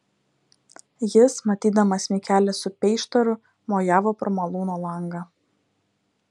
jis matydamas mikelį su peištaru mojavo pro malūno langą